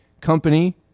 company